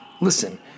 listen